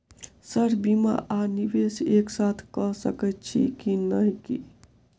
Sir बीमा आ निवेश एक साथ करऽ सकै छी की न ई?